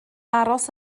aros